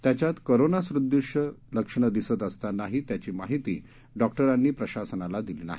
त्याच्यात करोनासदृश लक्षण दिसत असतानाही त्याची माहिती डॉक्टराप्ती प्रशासनाला दिली नाही